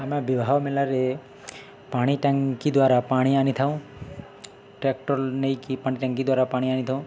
ଆମେ ବିବାହ ମେଳାରେ ପାଣି ଟାଙ୍କି ଦ୍ୱାରା ପାଣି ଆଣିଥାଉଁ ଟ୍ରାକ୍ଟର ନେଇକି ପାଣି ଟାଙ୍କି ଦ୍ୱାରା ପାଣି ଆଣିଥାଉ